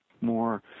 more